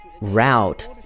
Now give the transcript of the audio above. route